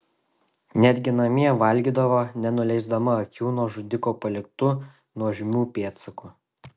netgi namie valgydavo nenuleisdama akių nuo žudiko paliktų nuožmių pėdsakų